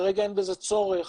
כרגע אין בזה צורך